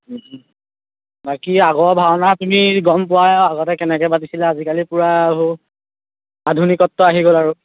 বাকী আগৰ ভাওনাখিনি গম পোৱাৱে আৰু আগতে কেনেকৈ পাতিছিলে আজিকালি পূৰা এইবোৰ আধুনিকত্ব আহি গ'ল আৰু